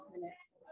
minutes